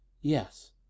yes